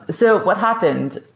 so what happened,